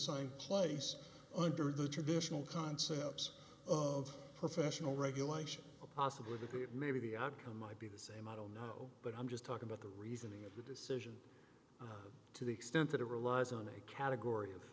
sign place under the traditional concepts of professional regulation possibly to keep maybe the outcome might be the same i don't know but i'm just talking about the reason the decision to the extent that it relies on a category of